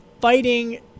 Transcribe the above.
fighting